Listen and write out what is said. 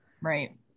Right